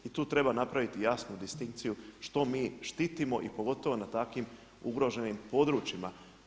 I tu treba napraviti jasnu distinkciju što mi štitimo i pogotovo na takvim ugroženim područjima.